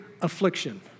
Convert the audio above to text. affliction